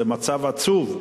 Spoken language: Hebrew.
זה מצב עצוב,